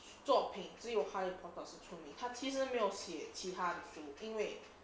作品只有 harry potter 是出名他其实没有写其他的书因为